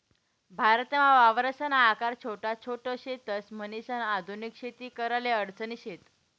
भारतमा वावरसना आकार छोटा छोट शेतस, म्हणीसन आधुनिक शेती कराले अडचणी शेत